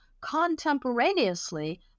contemporaneously